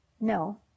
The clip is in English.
no